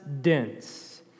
dense